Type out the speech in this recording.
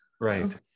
right